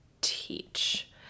teach